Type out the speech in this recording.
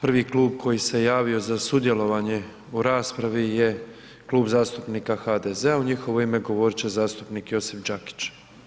Prvi klub koji se javio za sudjelovanje u raspravi je Klub zastupnika HDZ-a u njihovo ime govorit će zastupnik Josip Đakić.